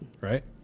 right